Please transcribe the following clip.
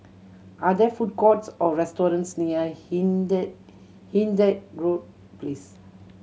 are there food courts or restaurants near Hindhede Hindhede Road Place